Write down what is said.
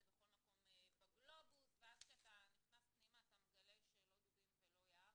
זה בכל מקום בגלובוס ואז כשאתה נכנס פנימה אתה מגלה שלא דוברים ולא יער,